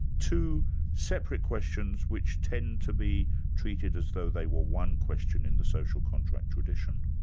two separate questions which tend to be treated as though they were one question in the social contract tradition.